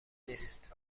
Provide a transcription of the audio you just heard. نیست